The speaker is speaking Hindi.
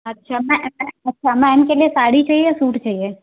अच्छा मै मैम के लिए साड़ी चाहिए या सूट चाहिये